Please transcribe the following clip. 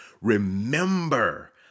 remember